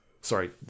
sorry